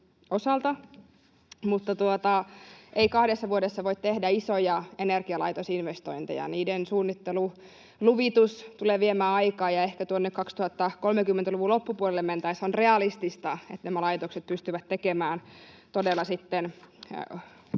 mutta ei kahdessa vuodessa voi tehdä isoja energialaitosinvestointeja. Niiden suunnittelu ja luvitus tulevat viemään aikaa, ja ehkä tuonne 2030-luvun loppupuolelle mentäessä on realistista, että nämä laitokset pystyvät todella sitten